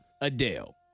Adele